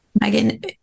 Megan